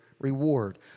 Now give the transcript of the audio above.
reward